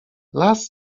las